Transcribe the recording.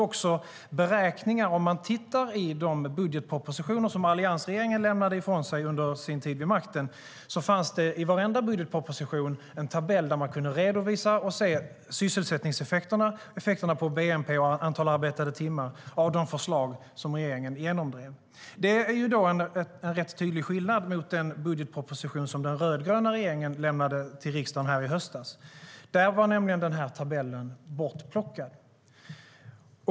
Om man tittar i de budgetpropositioner som alliansregeringen lämnade ifrån sig under sin tid vid makten så fanns det i varenda budgetproposition en tabell där man kunde redovisa och se sysselsättningseffekterna och effekterna på bnp och antal arbetade timmar av de förslag som regeringen genomdrev. Det är en rätt tydlig skillnad mot den budgetproposition som den rödgröna regeringen lämnade till riksdagen i höstas. I den var nämligen tabellen bortplockad.